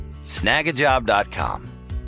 Snagajob.com